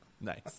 Nice